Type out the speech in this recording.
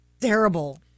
terrible